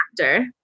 actor